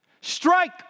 strike